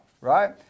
right